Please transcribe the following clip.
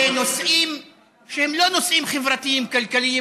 בנושאים שהם לא נושאים חברתיים-כלכליים,